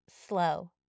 Slow